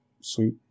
sweet